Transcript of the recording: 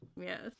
yes